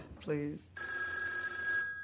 Please